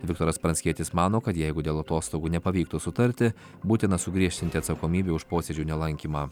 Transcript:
viktoras pranckietis mano kad jeigu dėl atostogų nepavyktų sutarti būtina sugriežtinti atsakomybę už posėdžių nelankymą